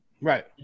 Right